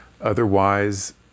Otherwise